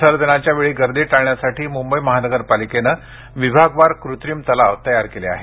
विसर्जनाच्या वेळी गर्दी टाळण्यासाठी मुंबई महानगरपालिकेने विभागवार कृत्रिम तलाव तयार केले आहेत